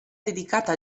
dedicata